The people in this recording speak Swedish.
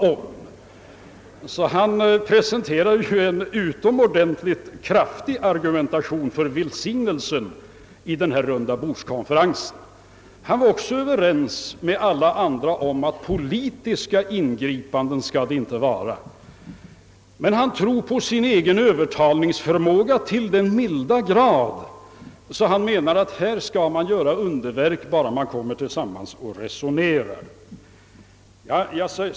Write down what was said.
Herr Hedlund presenterar alltså en utomordentligt kraftig argumentation för välsignelsen med en sådan här rundabordskonferens. Herr Hedlund var också överens med alla andra om att politiska ingripanden skall det inte vara. Men han tror på sin övertalningsförmåga till den milda grad att han menar, att här skall vi göra underverk bara vi kommer tillsammans och resonerar.